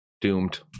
Doomed